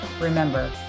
remember